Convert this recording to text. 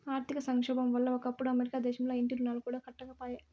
ఆర్థిక సంక్షోబం వల్ల ఒకప్పుడు అమెరికా దేశంల ఇంటి రుణాలు కూడా కట్టకపాయే